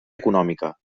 econòmica